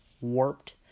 Warped